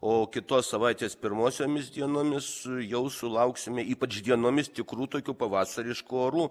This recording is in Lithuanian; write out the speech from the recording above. o kitos savaitės pirmosiomis dienomis jau sulauksime ypač dienomis tikrų tokių pavasariškų orų